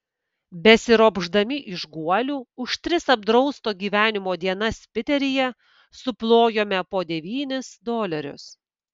besiropšdami iš guolių už tris apdrausto gyvenimo dienas piteryje suplojome po devynis dolerius